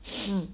mm